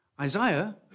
Isaiah